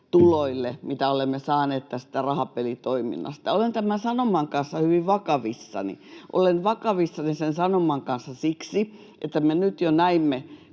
mitä olemme saaneet rahapelitoiminnasta. Olen tämän sanoman kanssa hyvin vakavissani. Olen vakavissani tämän sanoman kanssa siksi, että me nyt jo näimme,